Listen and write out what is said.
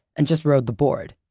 and just road the board.